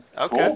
Okay